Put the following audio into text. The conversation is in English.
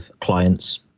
clients